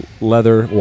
leather